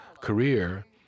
career